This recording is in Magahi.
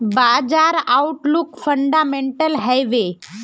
बाजार आउटलुक फंडामेंटल हैवै?